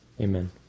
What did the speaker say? Amen